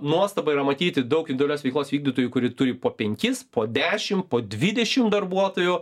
nuostaba yra matyti daug individualios veiklos vykdytojų kurie turi po penkis po dešim po dvidešim darbuotojų